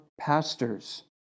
pastors